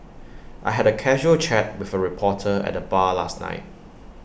I had A casual chat with A reporter at the bar last night